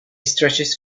stretches